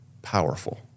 Powerful